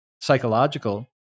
psychological